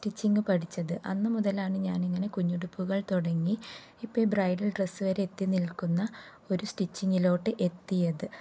stitching പഠിച്ചത് അന്നു മുതലാണു ഞാനിങ്ങനെ കുഞ്ഞുടുപ്പുകൾ തുടങ്ങി ഇപ്പോഴീ ബ്രൈഡൽ ഡ്രസ്സ് വരെ എത്തിനിൽക്കുന്ന ഒരു സ്റ്റിച്ചിങ്ങിലോട്ട് എത്തിയത്